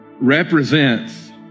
represents